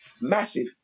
massive